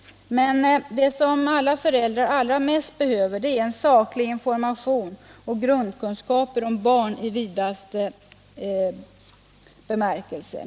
Men det som alla föräldrar allra mest behöver är saklig information och grundkunskaper om barn i vidaste bemärkelse.